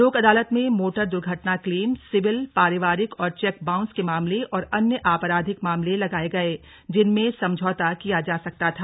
लोक अदालत में मोटर दुर्घटना क्लेम सिविल पारिवारिक और चेक बाउंस के मामले और अन्य आपराधिक मामले लगाए गये जिनमें समझौता किया जा सकता था